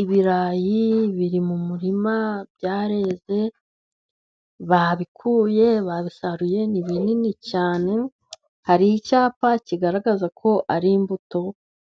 Ibirayi biri mu murima byareze, babikuye, babisaruye ni binini cyane. Hari icyapa kigaragaza ko ari imbuto